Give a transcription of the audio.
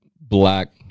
black